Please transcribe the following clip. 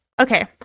Okay